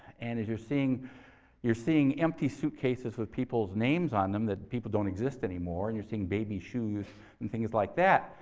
and as you're seeing you're seeing empty suitcases with people's names on them that the people don't exist anymore, and you're seeing baby shoes and things like that.